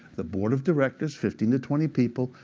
the board of directors, fifteen to twenty people,